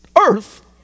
earth